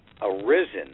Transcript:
arisen